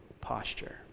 posture